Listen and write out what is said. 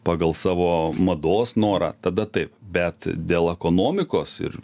pagal savo mados norą tada taip bet dėl ekonomikos ir